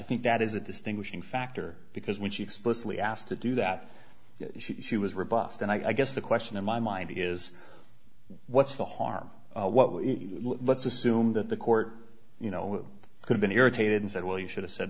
think that is a distinguishing factor because when she explicitly asked to do that she was rebuffed and i guess the question in my mind is what's the harm what let's assume that the court you know could've been irritated and said well you should've said